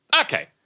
okay